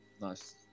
Nice